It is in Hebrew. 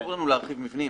אסור לנו להרחיב מבנים.